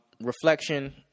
reflection